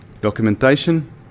Documentation